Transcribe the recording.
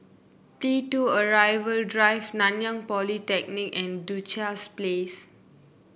T two Arrival Drive Nanyang Polytechnic and Duchess Place